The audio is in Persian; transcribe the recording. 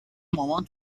مامان